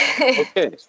Okay